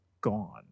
gone